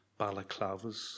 balaclavas